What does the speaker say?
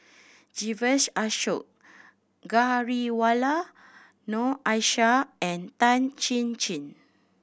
Vijesh Ashok Ghariwala Noor Aishah and Tan Chin Chin